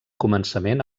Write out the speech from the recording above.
començament